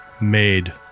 made